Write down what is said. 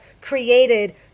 created